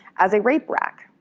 as a rape rack,